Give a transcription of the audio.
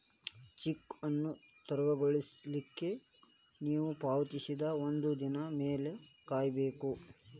check ಅನ್ನು ತೆರವುಗೊಳಿಸ್ಲಿಕ್ಕೆ ನೇವು ಪಾವತಿಸಿದ ಒಂದಿನದ್ ಮ್ಯಾಲೆ ಕಾಯಬೇಕು